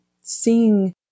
seeing